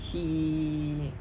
she